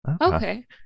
Okay